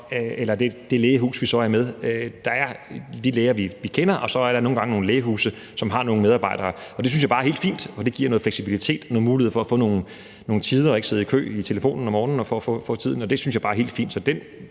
I det lægehus, som vi er med i, er der de læger, vi kender, og så er nogle lægehuse, som har nogle flere medarbejdere. Det synes jeg bare er helt fint, og det giver noget fleksibilitet og nogle muligheder for at få nogle tider og ikke sidde i kø i telefonen om morgenen for at få en tid. Så det synes jeg bare er helt fint,